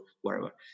wherever